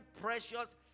precious